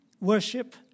worship